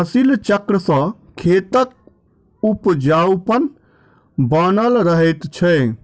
फसिल चक्र सॅ खेतक उपजाउपन बनल रहैत छै